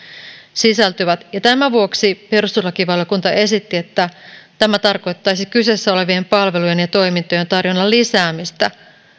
sisältyvät tämän vuoksi perustuslakivaliokunta esitti että tämä tarkoittaisi kyseessä olevien palvelujen ja toimintojen tarjonnan lisäämistä